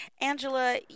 Angela